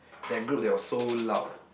that group that was so loud